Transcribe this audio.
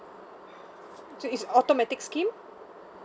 so is automatic scheme